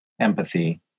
empathy